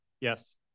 Yes